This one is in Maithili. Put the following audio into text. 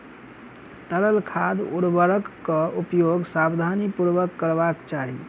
तरल खाद उर्वरकक उपयोग सावधानीपूर्वक करबाक चाही